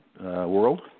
world